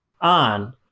on